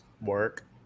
Work